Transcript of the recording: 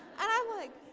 and i'm like,